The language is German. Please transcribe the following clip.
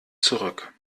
zurück